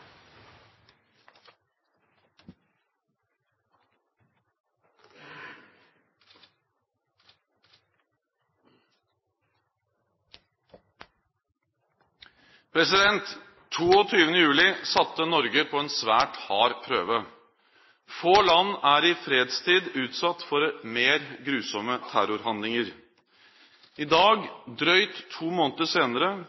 vedtatt. 22. juli satte Norge på en svært hard prøve. Få land er i fredstid blitt utsatt for mer grusomme terrorhandlinger. I